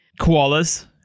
Koalas